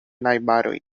najbaroj